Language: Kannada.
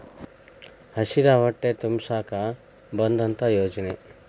ಹಸಿದ ಹೊಟ್ಟೆ ತುಂಬಸಾಕ ಬಂದತ್ತ ಯೋಜನೆ